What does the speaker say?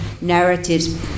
narratives